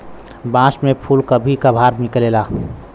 बांस में फुल कभी कभार निकलेला